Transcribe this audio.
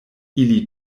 ili